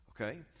okay